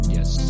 Yes